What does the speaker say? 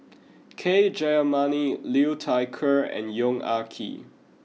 K Jayamani Liu Thai Ker and Yong Ah Kee